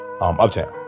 uptown